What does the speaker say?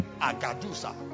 Agadusa